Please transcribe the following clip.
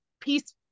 peace